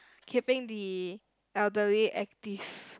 keeping the elderly active